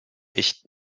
ich